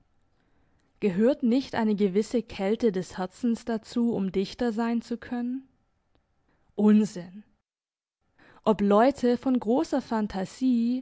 gehört nicht eine gewisse kälte des herzens dazu um dichter sein zu können unsinn ob leute von grosser phantasie